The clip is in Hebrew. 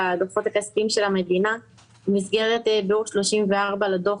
הן חברות סידוריות שחייבות דין וחשבון לציבור,